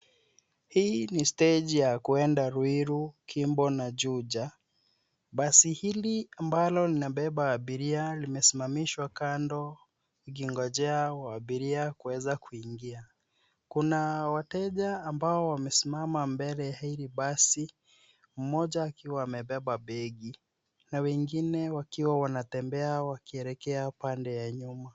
Hii ni steji ya kuenda Ruiru, Kimbo na Juja. Basi hili ambalo linabeba abiria limesimamishwa kando likingojea abiria kuweza kuingia. Kuna wateja ambao wamesimama mbele ya hili basi mmoja akiwa amebeba begi na wengine wakiwa wanatembea wakielekea upande wa nyuma.